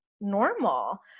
normal